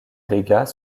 dégâts